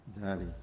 Daddy